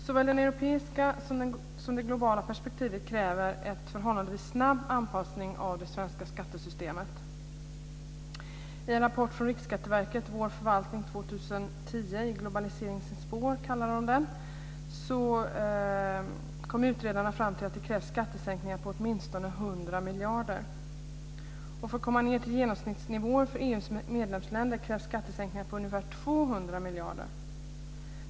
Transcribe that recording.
Såväl det europeiska som det globala perspektivet kräver en förhållandevis snabb anpassning av det svenska skattesystemet. I rapporten Vår förvaltning år 2010 - I globaliseringens spår från Riksskatteverket kommer utredarna fram till att det behövs skattesänkningar på åtminstone 100 miljarder. För att komma ned till genomsnittsnivåer för EU:s medlemsländer krävs skattesänkningar på ungefär 200 miljarder.